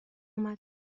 آمد